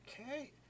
Okay